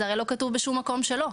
זה הרי לא כתוב בשום מקום שלא.